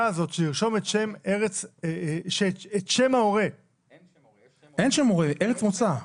לרשום את שם ההורה -- לא שם ההורה, ארץ מוצא.